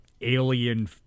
alien